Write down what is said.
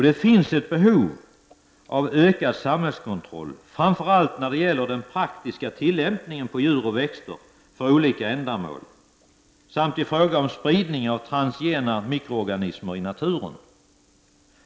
Det finns ett behov av ökad samhällskontroll, framför allt när det gäller den praktiska tillämpningen på djur och växter för olika ändamål samt i fråga om spridning av transgena mikroorganismer i naturen.